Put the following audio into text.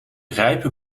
rijpe